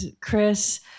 Chris